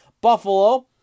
Buffalo